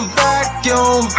vacuum